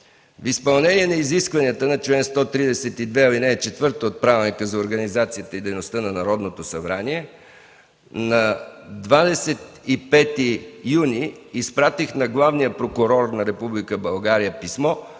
В изпълнение на изискванията на чл. 132, ал. 4 от Правилника за организацията и дейността на Народното събрание на 25 юни изпратих на главния прокурор на Република